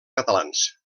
catalans